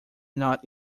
not